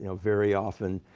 you know very often,